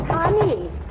Connie